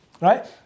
right